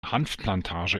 hanfplantage